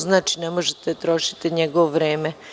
Znači, ne možete da trošite njegovo vreme.